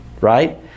right